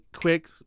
quick